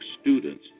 students